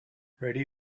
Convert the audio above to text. ready